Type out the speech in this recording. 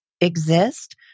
exist